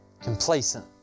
Complacent